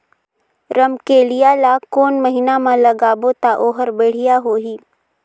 रमकेलिया ला कोन महीना मा लगाबो ता ओहार बेडिया होही?